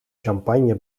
champagne